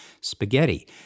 spaghetti